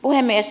puhemies